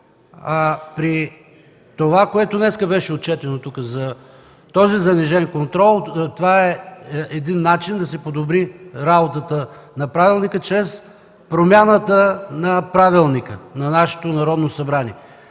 При това, което беше отчетено днес за този занижен контрол, това е начин да се подобри работата на Парламента чрез промяната на правилника на нашето Народно събрание.